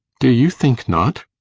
do you think not?